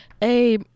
Hey